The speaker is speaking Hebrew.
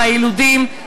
מהיילודים,